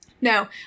No